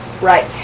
Right